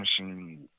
machine